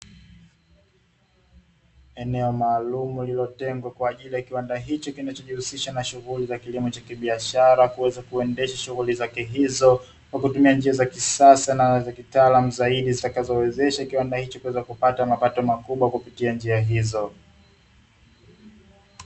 Eneo maalumu lililotengwa kwa ajili ya kiwanda kinachojihusisha na shughuli za kilimo cha kibiashara kuweza kuendesha shughuli hizo kwa kutumia njia za kisasa na za kitaalamu zaidi zitakazowezesha kiwanda hicho kupata mapato makubwa kupitia njia hizo.